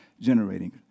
generating